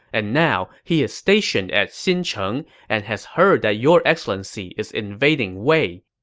and now, he is stationed at xincheng and has heard that your excellency is invading wei.